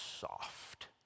soft